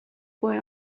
boy